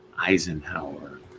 eisenhower